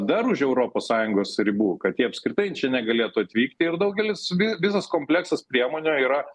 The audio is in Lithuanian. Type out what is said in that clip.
dar už europos sąjungos ribų kad jie apskritai negalėtų atvykti ir daugelis visas kompleksas priemonių yra